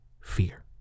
fear